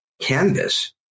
canvas